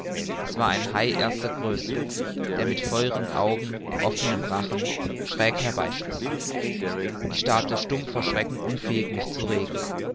es war ein hai erster größe der mit feurigen augen offenem rachen schräg herbeischoß ich starrte stumm vor schrecken unfähig mich zu regen